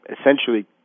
essentially